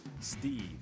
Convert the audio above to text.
Steve